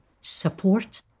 Support